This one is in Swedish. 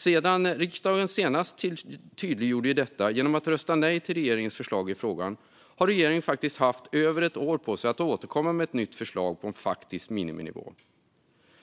Sedan riksdagen senast tydliggjorde detta genom att rösta nej till regeringens förslag i frågan har regeringen haft över ett år på sig att återkomma med ett nytt förslag på en faktisk miniminivå.